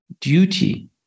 duty